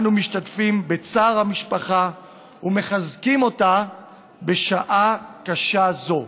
אנו משתתפים בצער המשפחה ומחזקים אותה בשעה קשה זו.